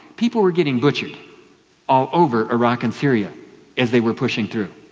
people were getting butchered all over iraq and syria as they were pushing through.